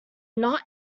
not